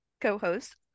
co-host